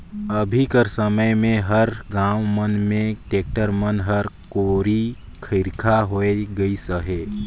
अभी कर समे मे हर गाँव मन मे टेक्टर मन हर कोरी खरिखा होए गइस अहे